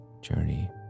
journey